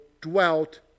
dwelt